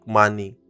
money